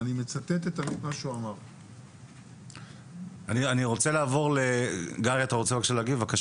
גרי, בבקשה.